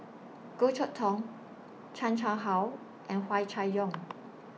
Goh Chok Tong Chan Chang How and Hua Chai Yong